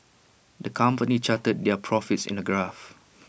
the company charted their profits in A graph